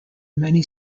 many